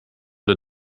der